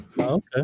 Okay